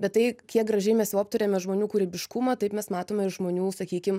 bet tai kiek gražiai mes jau aptarėme žmonių kūrybiškumą taip mes matome ir žmonių sakykim